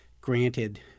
granted